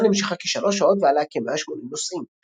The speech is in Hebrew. הטיסה נמשכה כ-3 שעות ועליה כ-180 נוסעים.